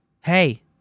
hey